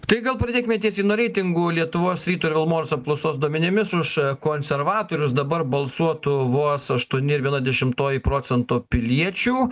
tai gal pradėkime tiesiai nuo reitingų lietuvos ryto ir vilmorus apklausos duomenimis už konservatorius dabar balsuotų vos aštuoni ir viena dešimtoji procento piliečių